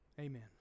Amen